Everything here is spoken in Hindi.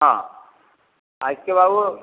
हाँ इसके बाद वो